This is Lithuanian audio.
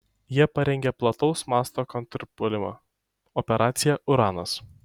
jie parengė plataus masto kontrpuolimą operaciją uranas